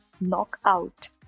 knockout